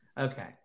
Okay